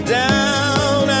down